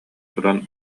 туран